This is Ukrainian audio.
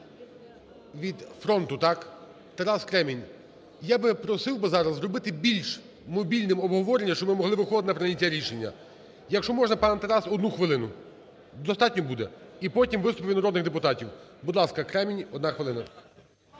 фронту", так? Тарас Кремінь. Я просив би зараз зробити більш мобільним обговорення, щоб ми могли виходити на прийняття рішення. Якщо можна, пане Тарас, одну хвилину достатньо буде? І потім виступи від народних депутатів. Будь ласка, Кремінь, одна хвилина.